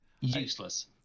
Useless